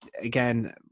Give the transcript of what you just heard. again